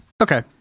okay